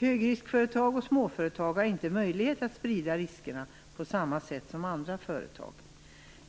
Högriskföretag och småföretag har inte möjlighet att sprida riskerna på samma sätt som andra företag.